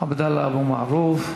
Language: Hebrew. עבדאללה אבו מערוף.